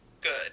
good